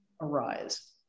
arise